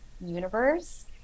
universe